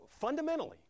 fundamentally